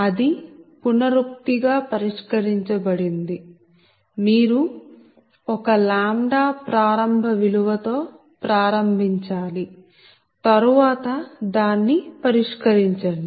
అది పునరుక్తి గా పరిష్కరించబడింది మీరు ఒక λ ప్రారంభ విలువ తో ప్రారంభించాలి తరువాత దాన్ని పరిష్కరించండి